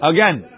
Again